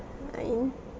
Ain